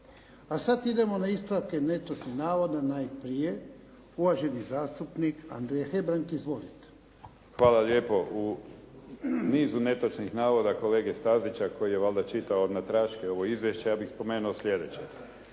A sad idemo na ispravke netočnih navoda. Najprije uvaženi zastupnik Andrija Hebrang. Izvolite. **Hebrang, Andrija (HDZ)** Hvala lijepo. U nizu netočnih navoda kolege Stazića koji je valjda čitao natraške ovo izvješće ja bih spomenuo sljedeće.